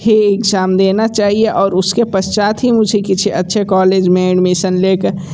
ही exam देना चाहिए और उसके पश्चात ही मुझे किसी अच्छे कॉलेज में एडमीसन लेकर